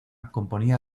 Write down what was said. componía